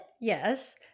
yes